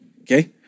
okay